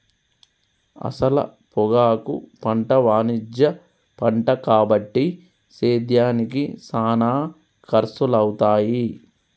అసల పొగాకు పంట వాణిజ్య పంట కాబట్టి సేద్యానికి సానా ఖర్సులవుతాయి